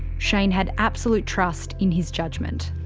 shane had absolute trust in his judgement.